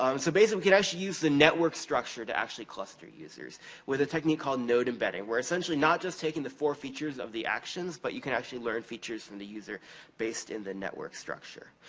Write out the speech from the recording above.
um so, basically, we could actually use the network structure to actually cluster users with a technique called node embedding. we're essentially not just taking the four features of the actions, but you can actually learn features from the user based in the network structure.